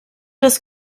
das